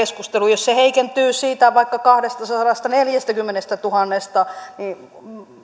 keskustelua jos se heikentyy vaikka siitä kahdestasadastaneljästäkymmenestätuhannesta niin